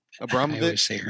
Abramovich